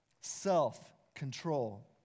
Self-control